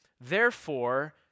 Therefore